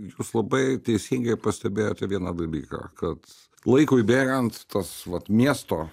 jūs labai teisingai pastebėjote vieną dalyką kad laikui bėgant tas vat miesto